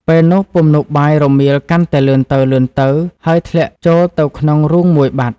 ពេលនោះពំនូកបាយរមៀលកាន់តែលឿនទៅ ៗ ហើយធ្លាក់ចូលទៅក្នុងរូងមួយបាត់ ។